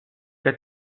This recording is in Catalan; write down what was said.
que